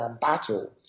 battle